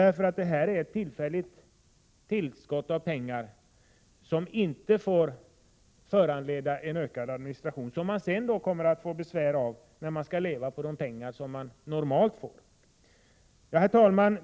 Det här är ju ett tillfälligt tillskott av pengar som inte får föranleda en ökad administration, vilken man sedermera får besvär med, när man skall så att säga leva på de pengar som normalt utgår. Herr talman!